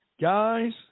Guys